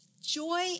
Joy